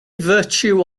virtue